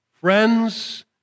Friends